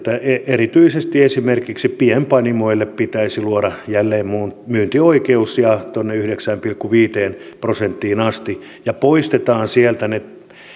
erityisesti esimerkiksi pienpanimoille pitäisi luoda jälleenmyyntioikeus tuonne yhdeksään pilkku viiteen prosenttiin asti ja poistetaan sieltä ne